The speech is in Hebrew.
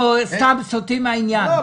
נכון.